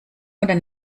oder